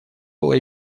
было